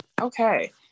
Okay